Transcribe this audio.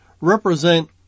represent